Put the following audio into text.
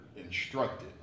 instructed